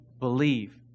Believe